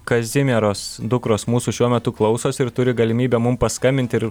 kazimieros dukros mūsų šiuo metu klausosi ir turi galimybę mum paskambinti ir